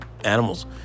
animals